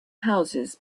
houses